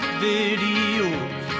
videos